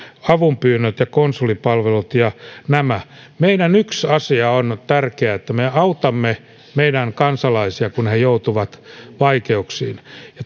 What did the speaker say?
avunpyynnöt ja konsulipalvelut ja nämä yksi asia on ja se on tärkeä että me autamme meidän kansalaisiamme kun he joutuvat vaikeuksiin